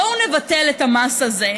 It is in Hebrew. בואו נבטל את המס הזה,